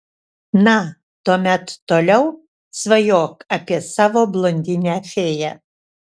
na tuomet toliau svajok apie savo blondinę fėją